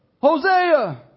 Hosea